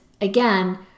again